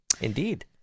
Indeed